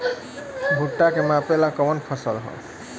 भूट्टा के मापे ला कवन फसल ह?